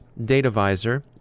DataVisor